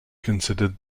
considered